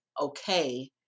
okay